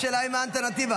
השאלה היא מה האלטרנטיבה.